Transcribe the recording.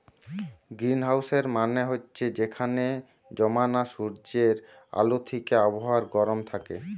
গ্রীনহাউসের মানে হচ্ছে যেখানে জমানা সূর্যের আলো থিকে আবহাওয়া গরম থাকে